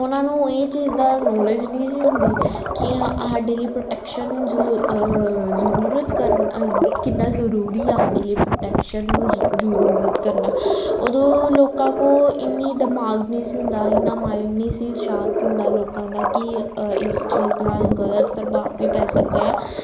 ਉਹਨਾਂ ਨੂੰ ਇਹ ਚੀਜ਼ ਦਾ ਨੋਲੇਜ ਨਹੀਂ ਸੀ ਹੁੰਦੀ ਕਿ ਹਾ ਸਾਡੇ ਲਈ ਪ੍ਰੋਟੈਕਸ਼ਨ ਜ਼ ਜ਼ਰੂਰਤ ਕਰਨ ਕਿੰਨਾ ਜ਼ਰੂਰੀ ਆ ਸਾਡੇ ਲਈ ਪ੍ਰੋਟੈਕਸ਼ਨ ਨੂੰ ਜੁ ਜ਼ਰੂਰਤ ਕਰਨਾ ਉਦੋਂ ਲੋਕਾਂ ਕੋਲ ਇੰਨੀ ਦਿਮਾਗ ਨਹੀਂ ਸੀ ਹੁੰਦਾ ਇੰਨਾ ਮਾਈਂਡ ਨਹੀਂ ਸੀ ਸ਼ਾਰਪ ਹੁੰਦਾ ਲੋਕਾਂ ਦਾ ਕਿ ਇਸ ਚੀਜ਼ ਨਾਲ ਗਲਤ ਪ੍ਰਭਾਵ ਵੀ ਪੈ ਸਕਦਾ ਹੈ